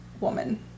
woman